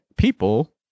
people